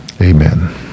amen